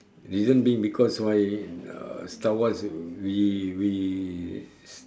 reason being because why uh star wars we we